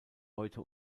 heute